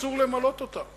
שאסור למלא אותה.